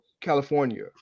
California